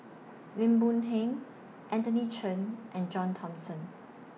Lim Boon Heng Anthony Chen and John Thomson